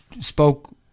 spoke